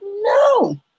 no